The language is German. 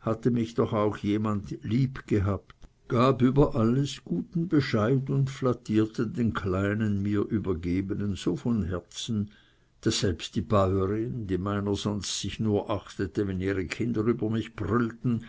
hatte mich doch auch jemand lieb gehabt gab über alles guten bescheid und flattierte den kleinen mir übergebenen so von herzen daß selbst die bäuerin die meiner sonst sich nur achtete wenn ihre kinder über mich brüllten